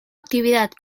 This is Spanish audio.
actividad